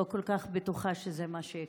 אבל לא כל כך בטוחה שזה מה שיקרה.